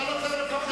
אתה לא צריך לפחד.